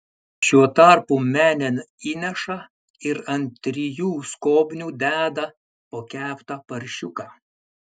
šiuo tarpu menėn įneša ir ant trijų skobnių deda po keptą paršiuką